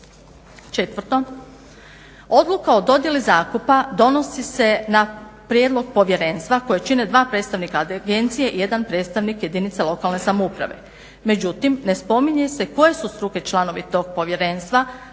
4. Odluka o dodjeli zakupa donosi se na prijedlog povjerenstva koje čine dva predstavnika agencije i jedan predstavnik jedinice lokalne samouprave. međutim ne spominje se koje su struke članovi tog povjerenstva,